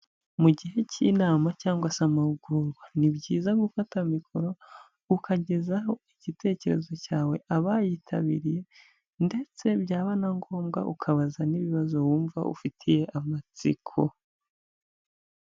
Mu gihe cy'inama cyangwa se amahugurwa ni byiza gufata mikoro ukagezaho igitekerezo cyawe abayitabiriye ndetse byaba na ngombwa ukabaza n'ibibazo wumva ufitiye amatsiko.